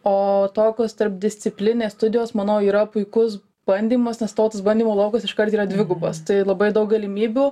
o tokios tarpdisciplininės studijos manau yra puikus bandymas nes tavo tas bandymų laukas iškart yra dvigubas tai labai daug galimybių